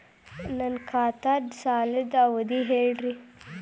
ನನ್ನ ಖಾತಾದ್ದ ಸಾಲದ್ ಅವಧಿ ಹೇಳ್ರಿ